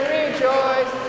rejoice